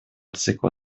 цикла